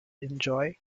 enjoy